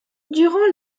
durant